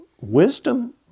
Wisdom